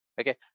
okay